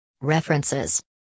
References